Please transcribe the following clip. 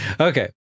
Okay